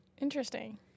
Interesting